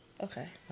Okay